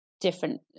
different